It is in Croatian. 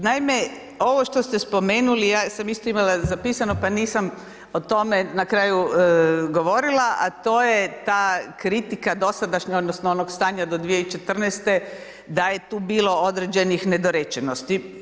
Naime, ovo što ste spomenuli ja sam isto imala zapisano, pa nisam o tome na kraju govorila, a to je ta kritika dosadašnja, odnosno onog stanja do 2014. da je tu bilo određenih nedorečenosti.